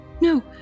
No